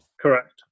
correct